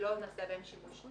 שלא נעשה בהן שימוש.